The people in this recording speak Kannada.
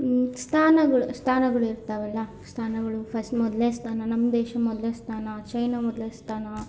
ಸ್ಥಾನಗಳು ಸ್ಥಾನಗಳಿರ್ತವಲ್ಲ ಸ್ಥಾನಗಳು ಫಸ್ಟ್ ಮೊದಲನೇ ಸ್ಥಾನ ನಮ್ಮ ದೇಶ ಮೊದಲ್ನೇ ಸ್ಥಾನ ಚೈನ ಮೊದಲ್ನೇ ಸ್ಥಾನ